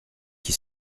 qui